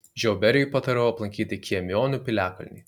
žiauberiui patariau aplankyti kiemionių piliakalnį